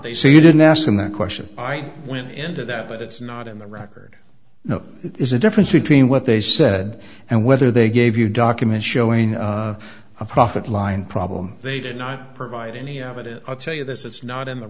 they say you didn't ask them that question i went into that but it's not in the record no it is a difference between what they said and whether they gave you document showing a profit line problem they did not provide any evidence i'll tell you this it's not in the